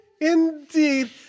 Indeed